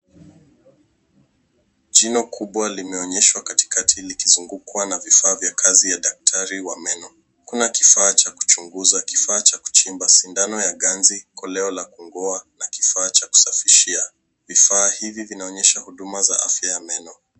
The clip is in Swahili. Jino kubwa limeonyeshwa katikati likizungukwa na vifaa vya kazi ya daktari wa meno. Kuna kifaa cha kuchunguza, kifaa cha kuchimba, sindano ya ganzi , koleo la kung'oa na kifaa cha kusafishia. Vifaa hivi vinaonyesha huduma za afya ya meno.